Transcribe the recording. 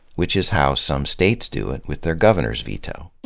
which is how some states do it with their governor's veto.